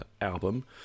album